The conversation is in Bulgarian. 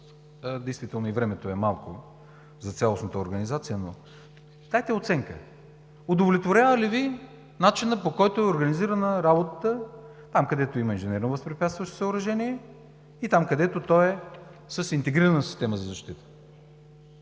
действително и времето е малко за цялостната организация, но дайте оценка: Удовлетворява ли Ви начинът, по който е организирана работата там, където има инженерно възпрепятстващо съоръжение и там, където то е с интегрирана система за защита,